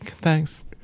thanks